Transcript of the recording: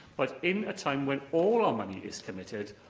but in a time when all our money is committed,